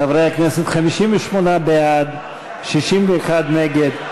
חברי הכנסת, 58 בעד, 61 נגד.